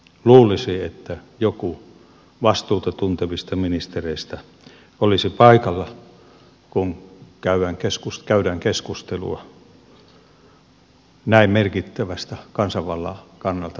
luulisi että joku vastuuta tuntevista ministereistä olisi paikalla kun käydään keskustelua kansanvallan kannalta näin merkittävästä asiasta